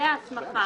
שמסלולי ההסמכה